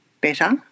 better